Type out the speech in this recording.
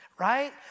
Right